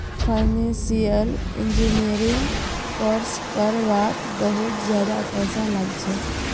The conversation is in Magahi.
फाइनेंसियल इंजीनियरिंग कोर्स कर वात बहुत ज्यादा पैसा लाग छे